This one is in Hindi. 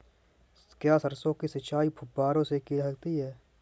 क्या सरसों की सिंचाई फुब्बारों से की जा सकती है?